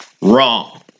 Wrong